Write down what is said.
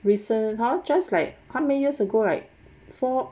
recent how just like how many years ago like four